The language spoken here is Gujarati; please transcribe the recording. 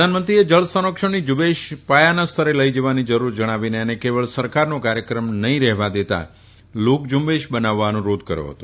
પ્રધાનમંત્રીએ જળ સંરક્ષણની ઝૂંબેશ પાયાના સ્તરે લઈ જવાની જરૂર જણાવીને તેને કેવલ સરકારનો કાર્યક્રમ નફીં રેહવા દેતાં લોકઝૂંબેશ બનાવવા અનુરોધ કર્યો હતો